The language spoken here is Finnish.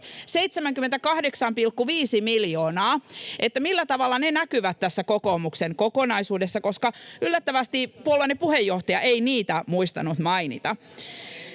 78,5 miljoonaa. Millä tavalla ne näkyvät tässä kokoomuksen kokonaisuudessa? Yllättävästi puolueenne puheenjohtaja ei niitä muistanut mainita.